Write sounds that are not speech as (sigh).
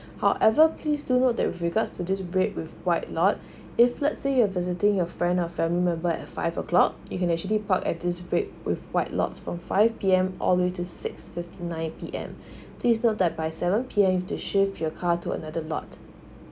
however please to note that with regard to this red with white lot (breath) if let's say you're visiting your friend and family member at five o'clock you can actually park at this red with white lots from five P_M all the way to six fifty nine P_M (breath) please noted by seven P_M you have to shift your car to another lot